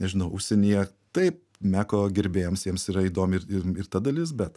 nežinau užsienyje taip meko gerbėjams jiems yra įdomi ir ir ir ta dalis bet